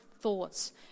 thoughts